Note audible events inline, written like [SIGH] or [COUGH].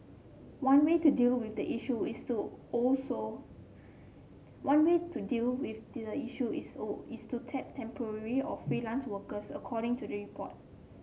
one way to deal with the issue is to also one way to deal with the issue is [UNINTELLIGIBLE] is to tap temporary or freelance workers according to the report